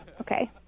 Okay